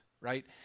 right